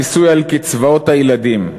מיסוי על קצבאות הילדים.